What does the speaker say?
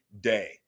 day